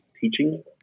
teaching